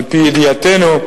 על-פי ידיעתנו,